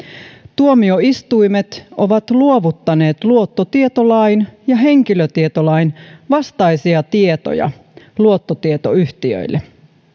tuomioistuimet ovat luovuttaneet luottotietolain ja henkilötietolain vastaisia tietoja luottotietoyhtiöille